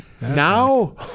Now